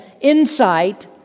insight